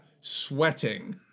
sweating